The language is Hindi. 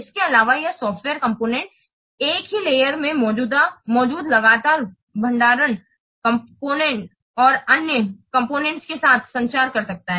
इसके अलावा यह सॉफ्टवेयर कॉम्पोनेन्ट एक ही परत में मौजूद लगातार भंडारण सहकर्मी कॉम्पोनेन्ट और अन्य कॉम्पोनेन्ट ों के साथ संचार कर सकता है